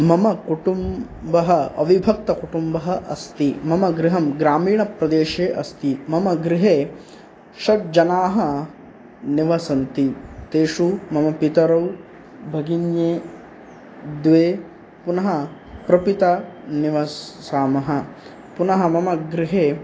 मम कुटुम्बः अविभक्तकुटुम्बः अस्ति मम गृहं ग्रामीणप्रदेशे अस्ति मम गृहे षड्जनाः निवसन्ति तेषु मम पितरौ भगिन्ये द्वे पुनः प्रपिता निवसामः पुनः मम गृहे